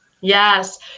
Yes